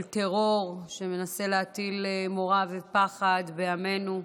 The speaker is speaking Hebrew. טרור שמנסה להטיל מורא ופחד על עמנו,